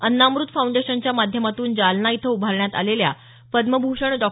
अन्नामृत फाउंडेशनच्या माध्यमातून जालना इथं उभारण्यात आलेल्या पद्मभूषण डॉ